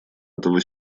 этого